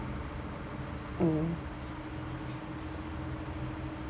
mm